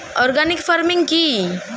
Organic farming কি?